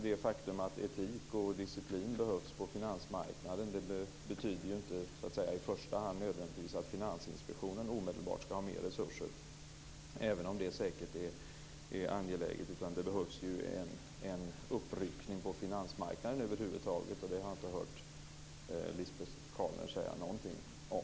Det faktum att det behövs etik och disciplin på finansmarknaden betyder ju inte nödvändigtvis att Finansinspektionen omedelbart ska ha mer resurser, även om det säkert är angeläget. Det behövs ju en uppryckning på finansmarknaden över huvud taget. Men det har jag inte hört Lisbet Calner säga någonting om.